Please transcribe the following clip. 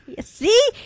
See